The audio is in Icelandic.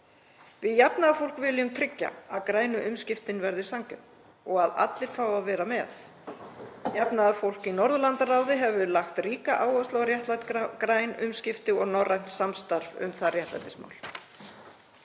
Við jafnaðarfólk viljum tryggja að grænu umskiptin verði sanngjörn og að allir fái að vera með. Jafnaðarfólk í Norðurlandaráði hefur lagt ríka áherslu á réttlát græn umskipti og norrænt samstarf um það réttlætismál.